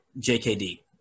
JKD